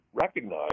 recognize